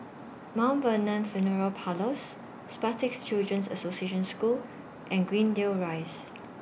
Mount Vernon Funeral Parlours Spastic Children's Association School and Greendale Rise